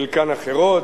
חלקן אחרות.